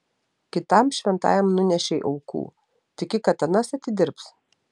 kitam šventajam nunešei aukų tiki kad anas atidirbs